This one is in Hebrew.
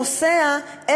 כשהם נוסעים,